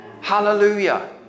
Hallelujah